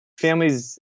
families